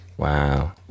Wow